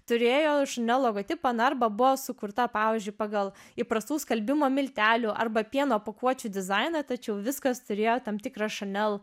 turėjo ne logotipą na arba buvo sukurta pavyzdžiui pagal įprastų skalbimo miltelių arba pieno pakuočių dizainą tačiau viskas turėjo tam tikrą chanel